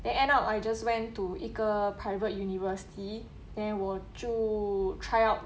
then end up I just went to 一个 private university then 我就 try out